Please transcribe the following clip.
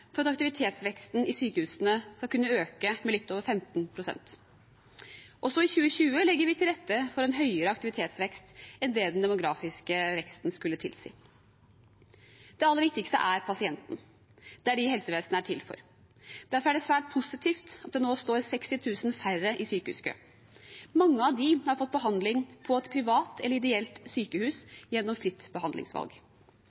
for at aktivitetsveksten i sykehusene skal kunne øke med litt over 15 pst. Også i 2020 legger vi til rette for en høyere aktivitetsvekst enn det den demografiske veksten skulle tilsi. Det aller viktigste er pasienten. Det er dem helsevesenet er til for. Derfor er det svært positivt at det nå står 60 000 færre i sykehuskø. Mange av dem har fått behandling på et privat eller ideelt